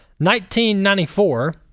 1994